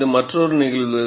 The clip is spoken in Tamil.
இது மற்றொரு நிகழ்வு